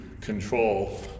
control